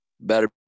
Better